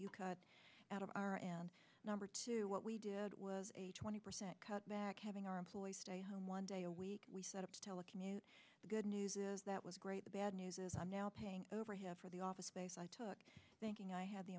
you cut out of r and number two what we did was a twenty percent cut back having our employees one day a week we set up to telecommute the good news is that was great the bad news is i'm now paying over here for the office space i took thinking i had the